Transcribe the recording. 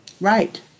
right